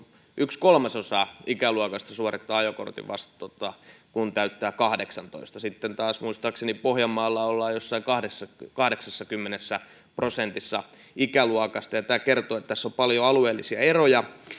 yksi kolmasosa ikäluokasta suorittaa ajokortin kun täyttää kahdeksannentoista sitten taas muistaakseni pohjanmaalla ollaan jossain kahdeksassakymmenessä prosentissa ikäluokasta ja tämä kertoo että tässä on paljon alueellisia eroja